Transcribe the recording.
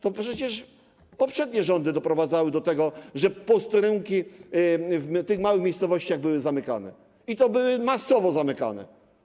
To przecież poprzednie rządy doprowadzały do tego, że posterunki w małych miejscowościach były zamykane, i to masowo zamykane.